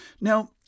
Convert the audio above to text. now